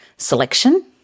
Selection